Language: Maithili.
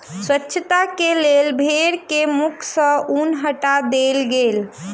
स्वच्छता के लेल भेड़ के मुख सॅ ऊन हटा देल गेल